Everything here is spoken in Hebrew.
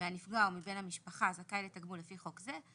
מהנפגע או מבן משפחה הזכאי לתגמול לפי חוק זה,